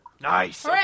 Nice